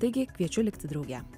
taigi kviečiu likti drauge